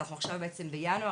אנחנו עכשיו בעצם בינואר,